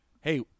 Hey